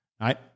right